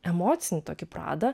emocinį tokį pradą